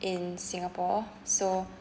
in singapore so